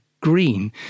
green